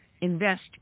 invest